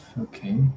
Okay